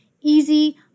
easy